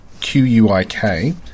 Q-U-I-K